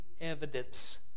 evidence